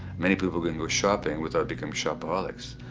many people go shopping without becoming shopaholics.